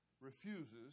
refuses